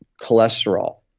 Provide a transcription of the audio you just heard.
cholesterol.